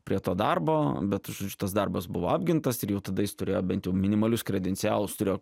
prie to darbo bet šitas darbas buvo apgintas ir jau tada jis turėjo bent minimalius kredencialus turėjo